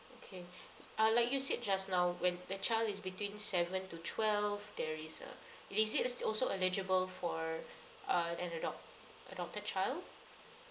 okay uh like you said just now when the child is between seven to twelve there is a is this also eligible for uh an adopt adopted child